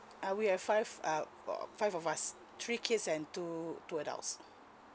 uh we have five uh four five of us three kids and two two adults